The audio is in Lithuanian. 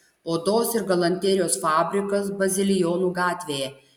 odos ir galanterijos fabrikas bazilijonų gatvėje